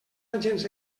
agents